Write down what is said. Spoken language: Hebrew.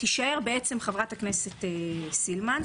תישאר חברת הכנסת סילמן.